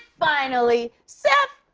finally, seth.